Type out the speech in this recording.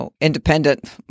independent